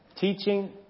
teaching